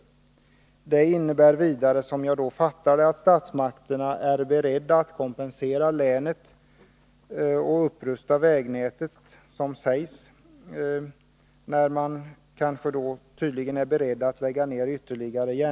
Vidare innebär svaret, som jag uppfattar det, att statsmakterna är beredda att upprusta vägnätet och således kompensera länet för de järnvägar inom länet som man tydligen är beredd att lägga ned.